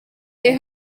they